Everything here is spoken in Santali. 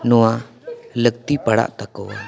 ᱱᱚᱣᱟ ᱞᱟᱹᱠᱛᱤ ᱯᱟᱲᱟᱜ ᱛᱟᱠᱚᱣᱟ